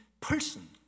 person